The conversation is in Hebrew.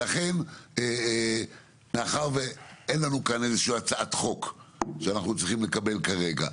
ולכן מאחר שאין לנו כאן איזושהי הצעת חוק שאנחנו צריכים לקבל כרגע.